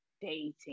dating